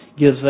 Gives